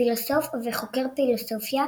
פילוסוף וחוקר פילוסופיה,